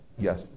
Yes